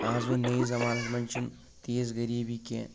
اَز وۄنۍ نٔیِس زمانس منٛز چھنہٕ تیٖژغٔریٖبی کیٚنٛہہ